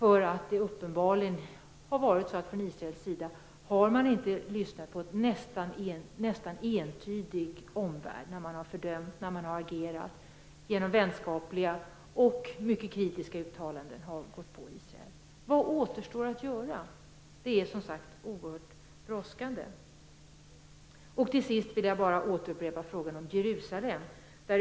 Det har uppenbarligen varit så att man från israelisk sida inte har lyssnat på en nästan entydig omvärld som agerat genom vänskapliga förhållanden och mycket kritiska uttalanden om Israel. Vad återstår att göra? Det är som sagt oerhört brådskande. Till sist vill jag återupprepa frågan om Jerusalem.